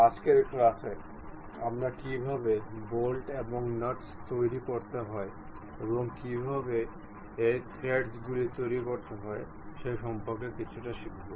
আজকের ক্লাসে আমরা কীভাবে বোল্ট এবং নাটস তৈরি করতে হয় এবং কীভাবে এই থ্রেডগুলি তৈরি করতে হয় সে সম্পর্কে কিছুটা শিখব